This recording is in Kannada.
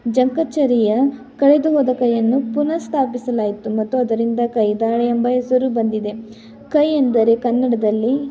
ಜಂಕಚರ್ಯ ಕಳೆದು ಹೋದ ಕೈಯನ್ನು ಪುನರ್ಸ್ಥಾಪಿಸಲಾಯಿತು ಮತ್ತು ಅದರಿಂದ ಕೈದಾಳ ಎಂಬ ಹೆಸರು ಬಂದಿದೆ ಕೈ ಎಂದರೆ ಕನ್ನಡದಲ್ಲಿ